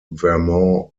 vermont